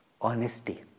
honesty